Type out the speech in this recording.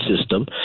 system